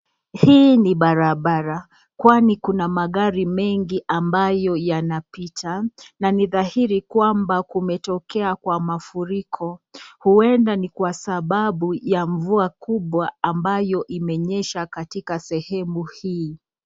Hii ni barabara, kwani kuna magari mengi ambayo yanapita. Na ni dhairi kwamba kumetokea kwa mafuriko. Huende ni kwa sababu ya mvua kubwa ambayo imenyesha katika sehemu hii.